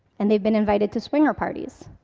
and they've been invited to swinger parties.